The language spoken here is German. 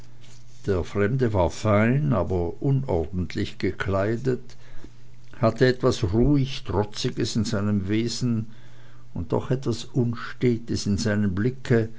der fremde war fein aber unordentlich gekleidet hatte etwas ruhig trotziges in seinem wesen und doch etwas unstetes in seinem blicke